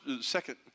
second